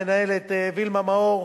למנהלת וילמה מאור,